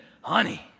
honey